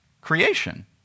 creation